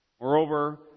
Moreover